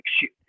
shoot